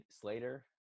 Slater